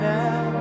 now